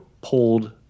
pulled